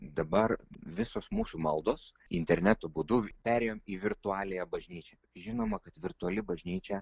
dabar visos mūsų maldos interneto būdu perėjom į virtualiąją bažnyčią žinoma kad virtuali bažnyčia